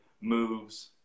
moves